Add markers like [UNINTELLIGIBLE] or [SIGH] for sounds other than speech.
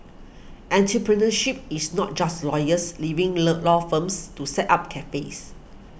entrepreneurship is not just lawyers leaving [UNINTELLIGIBLE] law firms to set up cafes